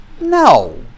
No